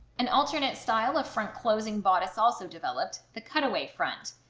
an alternate style of front closing bodice also developed the cutaway front.